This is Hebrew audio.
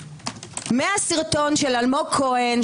מהסרטון של אלמוג כהן,